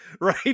right